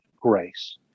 grace